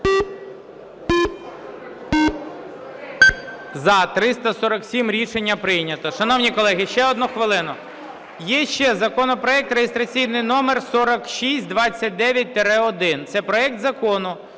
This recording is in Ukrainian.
За-347 Рішення прийнято. Шановні колеги, ще одну хвилину. Є ще законопроект реєстраційний номер 4629-1. Це проект Закону